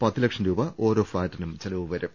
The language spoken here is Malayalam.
പത്ത് ലക്ഷം രൂപ ഓരോ ഫ്ളാറ്റിനും ചെലവ് വരും